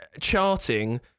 charting